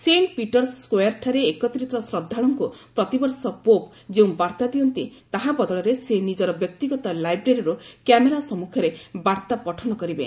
Saint Peter's ସ୍କୋୟାରଠାରେ ଏକତ୍ରିତ ଶ୍ରଦ୍ଧାଳୁଙ୍କୁ ପ୍ରତିବର୍ଷ ପୋପ୍ ଯେଉଁ ବାର୍ତ୍ତା ଦିଅନ୍ତି ତାହା ବଦଳରେ ସେ ନିଜର ବ୍ୟକ୍ତିଗତ ଲାଇବ୍ରେରୀରୁ କ୍ୟାମେରା ସମ୍ମୁଖରେ ବାର୍ଭା ପଠନ କରିବେ